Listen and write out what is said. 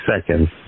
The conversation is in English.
seconds